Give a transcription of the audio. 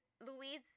Louise